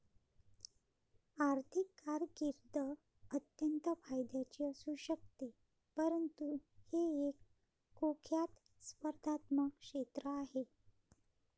आर्थिक कारकीर्द अत्यंत फायद्याची असू शकते परंतु हे एक कुख्यात स्पर्धात्मक क्षेत्र आहे